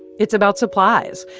it's about supplies,